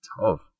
tough